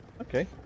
Okay